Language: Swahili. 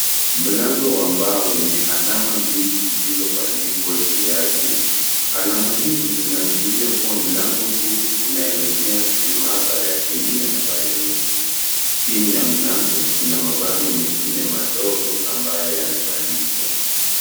Mlango wa mbao wenye alama mbili zilizobandikwa juu yake , alama hizi zinaashiria kuwa mlango huu unaelekea kwenye maabara ya kemia na biologia, chini ya mlango kuna mabanngo mengine madogo ambayo yamebandikwa.